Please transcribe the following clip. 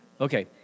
Okay